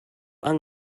yng